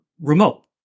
remote